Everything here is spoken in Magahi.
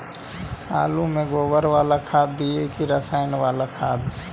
आलु में गोबर बाला खाद दियै कि रसायन बाला खाद?